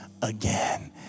Again